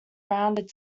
rounded